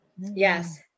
Yes